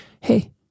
hey